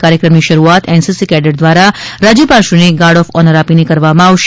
કાર્યક્રમની શરૂઆત એનસીસી કેંડર દ્વારા રાજ્યપાલશ્રીને ગાર્ડ ઑફ ઓનર આપીને કરવામાં આવશે